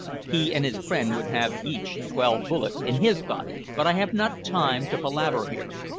he and his friend would have each twelve bullets in his body. but i have not time to palaver here.